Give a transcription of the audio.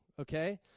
okay